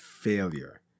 failure